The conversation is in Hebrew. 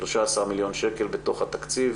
13 מיליון שקל בתוך התקציב